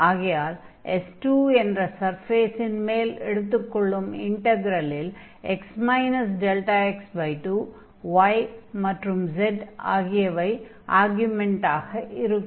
ஆகையால் S2 என்ற சர்ஃபேஸின் மேல் எடுத்துக் கொள்ளும் இன்டக்ரெலில் x δx2 y மற்றும் z ஆகியவை ஆர்க்யூமென்டாக இருக்கும்